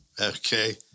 Okay